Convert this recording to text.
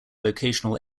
vocational